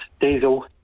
Diesel